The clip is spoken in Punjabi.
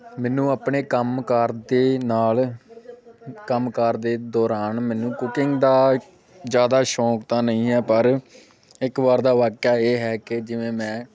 ਮੈਨੂੰ ਆਪਣੇ ਕੰਮਕਾਰ ਦੇ ਨਾਲ ਕੰਮਕਾਰ ਦੇ ਦੌਰਾਨ ਮੈਨੂੰ ਕੁਕਿੰਗ ਦਾ ਜ਼ਿਆਦਾ ਸ਼ੌਂਕ ਤਾਂ ਨਹੀਂ ਹੈ ਪਰ ਇੱਕ ਵਾਰ ਦਾ ਵਾਕਿਆ ਇਹ ਹੈ ਕਿ ਜਿਵੇਂ ਮੈਂ